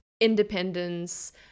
Independence